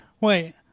Wait